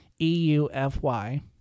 E-U-F-Y